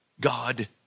god